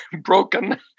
broken